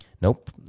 Nope